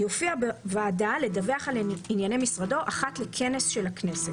יופיע בוועדה לדווח על ענייני משרדו אחת לכנס של הכנסת.